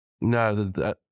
No